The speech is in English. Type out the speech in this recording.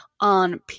on